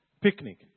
picnic